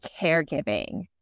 caregiving